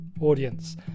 audience